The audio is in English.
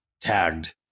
tagged